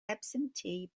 absentee